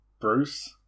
Bruce